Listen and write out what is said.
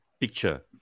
picture